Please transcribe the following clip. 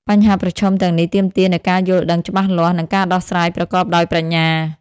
បញ្ហាប្រឈមទាំងនេះទាមទារនូវការយល់ដឹងច្បាស់លាស់ និងការដោះស្រាយប្រកបដោយប្រាជ្ញា។